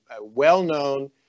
well-known